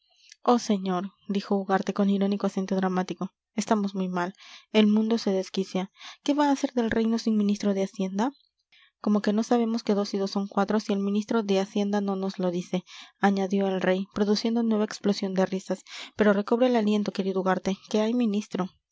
señor dijo ugarte con irónico acento dramático estamos muy mal el mundo se desquicia qué va a ser del reino sin ministro de hacienda como que no sabemos que dos y dos son cuatro si el ministro de hacienda no nos lo dice añadió el rey produciendo nueva explosión de risas pero recobra el aliento querido ugarte que hay ministro